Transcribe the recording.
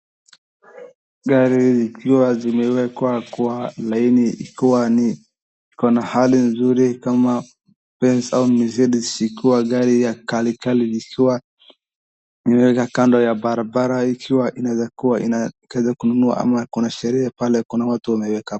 Gari ikiwa zimeekwa kwa laini ikiwa ni hali nzuri kama BENZ na MERCDEZ ikiwa gari kali kali. Ikiwa imeekwa kando ya barabara ikiwa inaweza kuwa kwenza nunua ama kunasheria pale kuna watu wameeka.